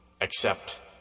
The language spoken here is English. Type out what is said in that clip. accept